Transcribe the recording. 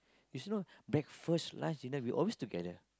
you see know breakfast lunch dinner we always together